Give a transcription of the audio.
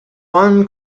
one